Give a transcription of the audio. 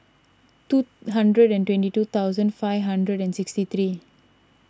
two hundred and twenty two thousand five hundred and sixty three